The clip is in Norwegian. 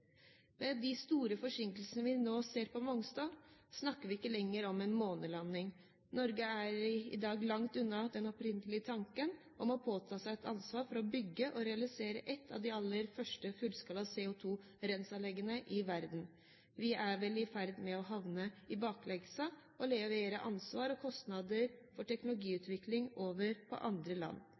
Med de store forsinkelsene vi nå ser på Mongstad, snakker vi ikke lenger om en månelanding. Norge er i dag langt unna den opprinnelige tanken om å påta seg et ansvar for å bygge og realisere et av de aller første fullskala CO2-renseanleggene i verden. Vi er vel i ferd med å havne i bakleksa, og leverer ansvar og kostnader for teknologiutvikling over til andre land.